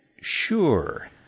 Sure